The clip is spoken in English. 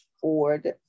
Ford